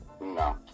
No